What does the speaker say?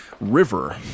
river